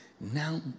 Now